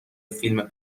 فیلم